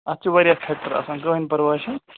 اَتھ چھِ واریاہ فٮ۪کٹر آسان کٕہۭنۍ پَرواے چھُنہٕ